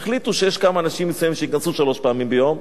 הם החליטו שיש כמה אנשים מסוימים שייכנסו שלוש פעמים ביום,